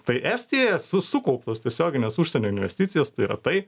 tai estijoje su sukauptos tiesioginės užsienio investicijos tai yra tai